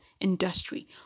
Industry